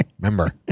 Remember